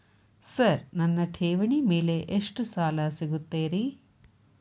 Sir ನನ್ನ ಠೇವಣಿ ಮೇಲೆ ಎಷ್ಟು ಸಾಲ ಸಿಗುತ್ತೆ ರೇ?